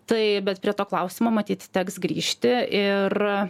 taip bet prie to klausimo matyt teks grįžti ir